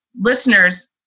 listeners